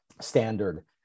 standard